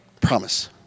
Promise